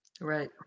Right